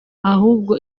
ahubwo